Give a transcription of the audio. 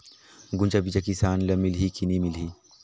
गुनजा बिजा किसान ल मिलही की नी मिलही?